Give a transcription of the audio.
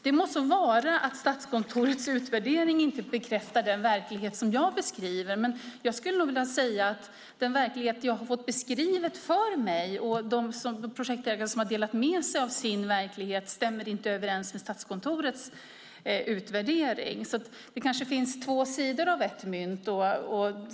Det må så vara att Statskontorets utvärdering inte bekräftar den verklighet som jag beskriver, men den verklighet jag fått beskriven för mig av de projektägare som delat med sig av sin verklighet stämmer inte överens med Statskontorets utvärdering. Det finns två sidor av samma mynt.